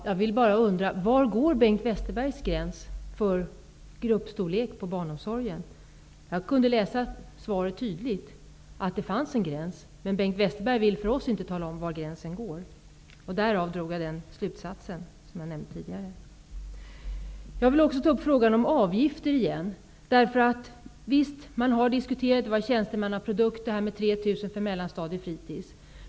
Fru talman! Jag undrar: Var går Bengt Westerbergs gräns för gruppstorleken inom barnomsorgen? Jag kunde tydligt läsa i svaret att det finns en gräns, men Bengt Westerberg vill inte tala om för oss var gränsen går. Därav drog jag den slutsats som jag nämnde tidigare. Jag vill ta upp frågan om avgifter igen. Visst har det sagts att förslaget om 3 000 kr i fritidsavgift på mellanstadiet var en tjänstemannaprodukt.